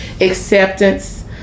acceptance